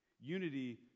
Unity